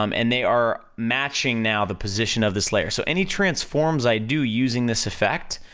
um and they are matching now, the position of this layer, so any transforms i do using this effect,